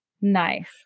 nice